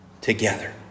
together